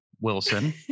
Wilson